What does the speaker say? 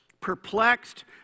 Perplexed